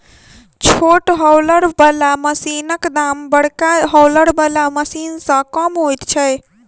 छोट हौलर बला मशीनक दाम बड़का हौलर बला मशीन सॅ कम होइत छै